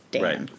Right